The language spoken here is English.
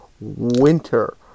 winter